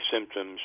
symptoms